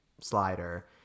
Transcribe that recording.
slider